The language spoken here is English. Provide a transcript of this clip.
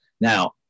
Now